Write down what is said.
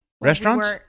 Restaurants